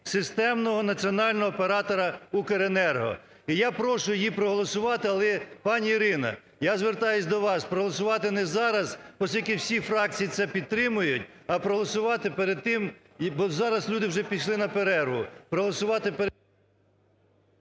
системного національного оператора "Укренерго". І я прошу її проголосувати. Але, пані Ірино, я звертаюсь до вас: проголосувати не зараз, оскільки всі фракції це підтримують, а проголосувати перед тим – зараз люди вже пішли на перерву,